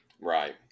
Right